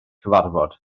cyfarfod